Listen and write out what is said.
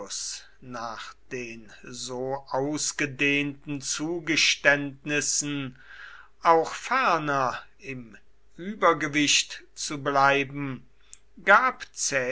nach den so ausgedehnten zugeständnissen auch ferner im übergewicht zu bleiben gab